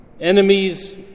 enemies